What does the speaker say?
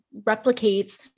replicates